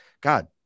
god